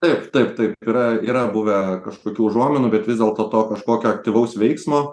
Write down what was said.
taip taip taip yra yra buvę kažkokių užuominų bet vis dėlto to kažkokio aktyvaus veiksmo